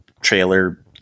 trailer